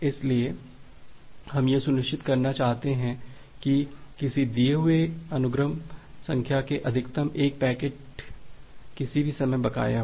इसलिए हम यह सुनिश्चित करना चाहते हैं कि किसी दिए गए अनुक्रम संख्या के साथ अधिकतम एक पैकेट किसी भी समय बकाया हो